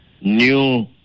new